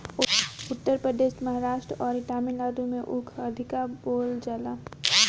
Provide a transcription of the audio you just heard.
उत्तर प्रदेश, महाराष्ट्र अउरी तमिलनाडु में ऊख अधिका बोअल जाला